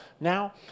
now